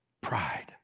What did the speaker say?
pride